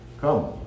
come